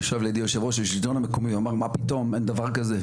ישב לידי יושב ראש השלטון המקומי הוא אמר מה פתאום אין דבר כזה,